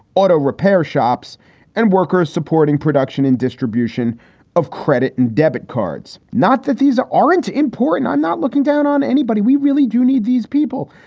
auto repair shops and workers supporting production and distribution of credit and debit cards. not that these aren't important. i'm not looking down on anybody. we really do need these people.